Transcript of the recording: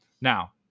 Now